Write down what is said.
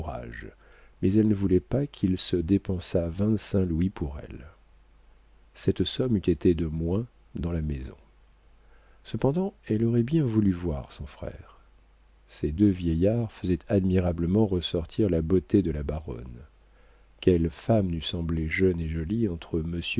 mais elle ne voulait pas qu'il se dépensât vingt-cinq louis pour elle cette somme eût été de moins dans la maison cependant elle aurait bien voulu voir son frère ces deux vieillards faisaient admirablement ressortir la beauté de la baronne quelle femme n'eût semblé jeune et jolie entre